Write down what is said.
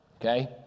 Okay